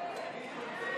לא נתקבלה.